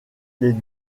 les